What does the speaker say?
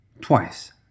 twice